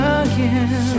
again